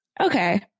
Okay